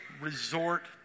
resort